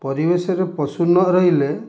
ପରିବେଶରେ ପଶୁ ନ ରହିଲେ